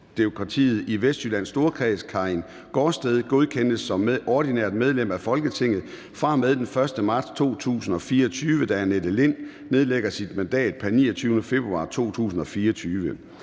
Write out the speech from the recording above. Socialdemokratiet i Vestjyllands Storkreds, Karin Gaardsted, godkendes som ordinært medlem af Folketinget fra og med den 1. marts 2024, da Annette Lind nedlægger sit mandat pr. 29. februar 2024.